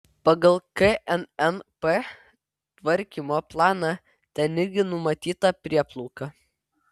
pagal knnp tvarkymo planą ten irgi numatyta prieplauka